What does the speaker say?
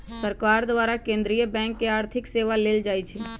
सरकार द्वारा केंद्रीय बैंक से आर्थिक सेवा लेल जाइ छइ